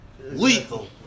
lethal